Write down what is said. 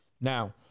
Now